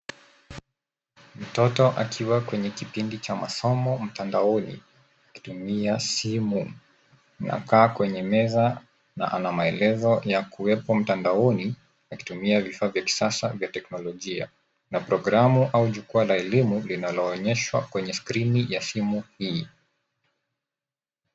Mtoto akiwa kwenye kipindi cha masomo mtandaoni akitumia simu. Anakaa kwenye meza na ana maelezo ya kuwepo mtandaoni akitumia vifaa vya kisasa vya teknolojia na programu au jukaa la elimu linalonyeshwa kwenye skrini ya simu hii.